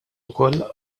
ukoll